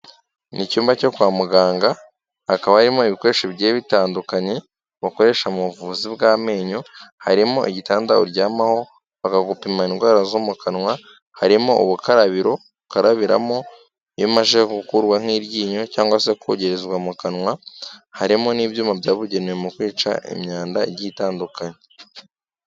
Mu cyumba cyo kwa muganga, hakaba harimo ibikoresho bigiye bitandukanye bakoresha mu buvuzi bw'amenyo, harimo igitanda uryamaho bakagupima indwara zo mu kanwa, harimo ubukarabiro ukarabiramo iyo umajije gukurwa nk'iryinyo cyangwase kogerezwa mu kanwa, harimo n'ibyuma byabugenewe mu kwica imyanda igiye itandukanye.